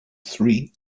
three